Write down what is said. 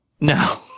No